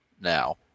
now